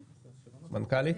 המנכ"לית?